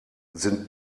sind